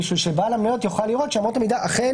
זה כדי שבעל המניות יוכל לראות שאמות המידה אכן